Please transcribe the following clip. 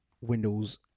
Windows